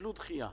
וקיבלו דחייה.